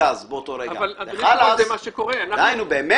במילים אחרות, זה בלתי ישים.